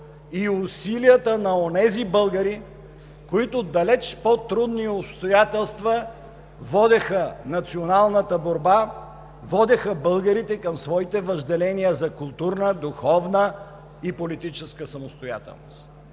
и усилията на онези българи, които далеч в по-трудни обстоятелства водеха националната борба, водеха българите към своите въжделения за културна, духовна и политическа самостоятелност.